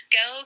Go